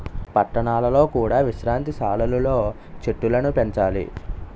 పట్టణాలలో కూడా విశ్రాంతి సాలలు లో చెట్టులను పెంచాలి